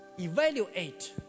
evaluate